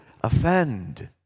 offend